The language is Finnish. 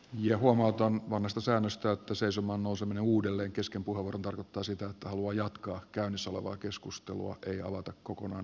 huomautan vanhasta säännöstä että seisomaan nouseminen uudelleen kesken puheenvuoron tarkoittaa sitä että haluaa jatkaa käynnissä olevaa keskustelua ei avata kokonaan uutta